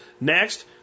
Next